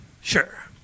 Sure